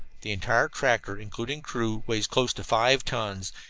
the entire tractor, including crew, weighs close to five tons,